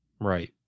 Right